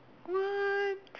what